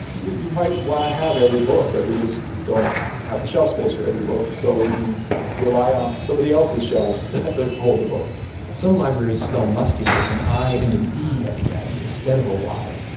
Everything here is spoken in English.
you you might want to have every book, but we just don't have the shelf space for every book. so you rely on somebody else's shelves to hold the book some libraries spell musty with an i and an e at the end instead of a y,